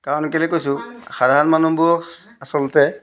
কাৰণ কেলে কৈছোঁ সাধাৰণ মানুহবোৰ আচলতে